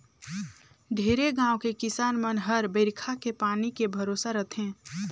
ढेरे गाँव के किसान मन हर बईरखा के पानी के भरोसा रथे